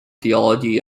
theology